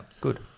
Good